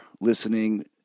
listening